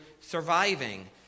surviving